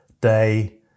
day